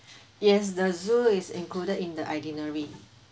yes the zoo is included in the itinerary